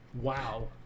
Wow